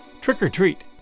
trick-or-treat